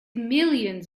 millions